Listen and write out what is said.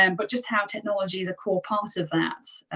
um but just how technology is a core part of that.